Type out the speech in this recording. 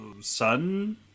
sun